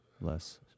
less